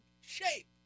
shape